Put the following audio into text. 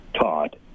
Todd